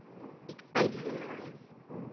thank you ma'am